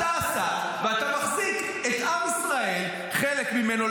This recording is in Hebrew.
אתה השר ואתה מחזיק את עם ישראל, לפחות חלק ממנו,